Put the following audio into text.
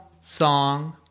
song